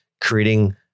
creating